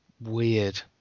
weird